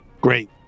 Great